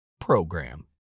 program